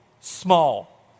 small